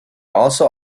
also